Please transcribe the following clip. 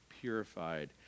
purified